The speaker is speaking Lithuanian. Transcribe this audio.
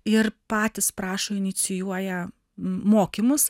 ir patys prašo inicijuoja mokymus